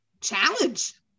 challenge